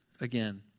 again